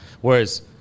Whereas